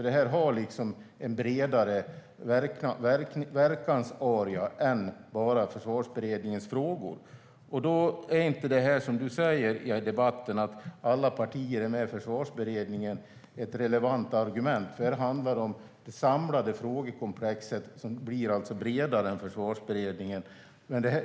Detta har nämligen en bredare verkansarea än bara Försvarsberedningens frågor. Det som du säger i debatten, Hans Wallmark, om att alla partier är med i Försvarsberedningen är inte ett relevant argument. Detta handlar nämligen om ett samlat frågekomplex som blir bredare än det som Försvarsberedningen handlar om.